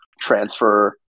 transfer